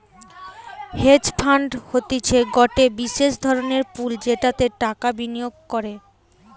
hedge fund হতিছে গটে বিশেষ ধরণের পুল যেটাতে টাকা বিনিয়োগ করে